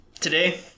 today